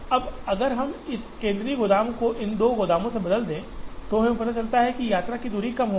अब अगर हम इस केंद्रीय गोदाम को इन दो गोदामों से बदल दें तो हमें पता चलता है कि यात्रा की गई दूरी कम होगी